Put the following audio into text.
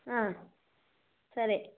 సరే